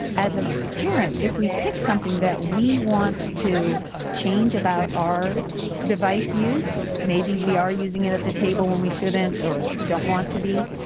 as a parent, if we pick something that we want to change about our device use, maybe we are using it at the table when we shouldn't or don't want to be,